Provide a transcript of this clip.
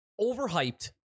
overhyped